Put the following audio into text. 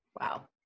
Wow